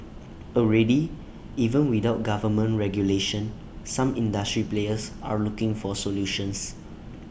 already even without government regulation some industry players are looking for solutions